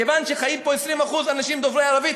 כיוון שחיים פה 20% אנשים דוברי ערבית,